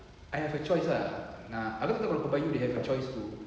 I've a choice ah nak I thought PERBAYU has a choice to